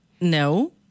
no